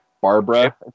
Barbara